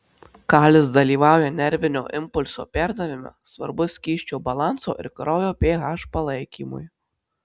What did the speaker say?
kalis dalyvauja nervinio impulso perdavime svarbus skysčių balanso ir kraujo ph palaikymui